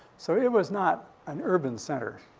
so it was not an urban center.